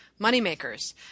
moneymakers –